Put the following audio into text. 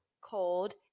cold